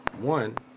One